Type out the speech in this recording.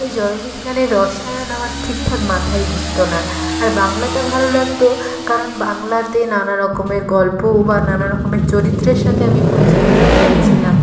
এই জড় বিজ্ঞানের রসায়ন আমার ঠিকঠাক মাথায় ঢুকত না আর বাংলাটা ভালো লাগত কারণ বাংলাতে নানা রকমের গল্প ও বা নানা রকমের চরিত্রের সাথে আমি পরিচিতি লাভ করেছিলাম